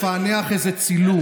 לפענח איזה צילום.